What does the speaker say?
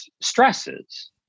stresses